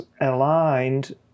aligned